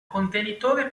contenitore